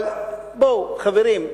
אבל בואו, חברים,